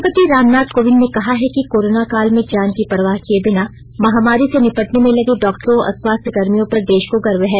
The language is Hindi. राष्ट्रपति रामनाथ कोविंद ने कहा है कि कोरोना काल में जान की परवाह किए बिना महामारी से निपटने में लगे डॉक्टरों और स्वास्थ्य कर्मियों पर देश को गर्व है